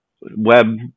web